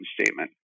statement